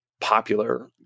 popular